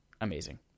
Amazing